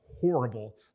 horrible